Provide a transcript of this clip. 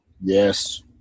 Yes